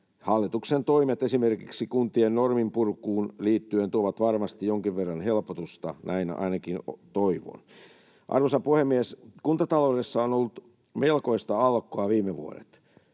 Hallituksen toimet esimerkiksi kuntien norminpurkuun liittyen tuovat varmasti jonkin verran helpotusta, näin ainakin toivon. Arvoisa puhemies! Kuntataloudessa on ollut melkoista aallokkoa viime vuodet.